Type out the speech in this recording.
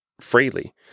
freely